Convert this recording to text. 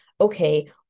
okay